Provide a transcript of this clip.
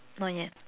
not yet